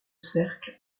cercle